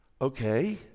okay